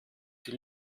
die